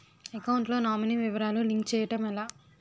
Account లో nominee వివరాలు link చేయటం ఎలా?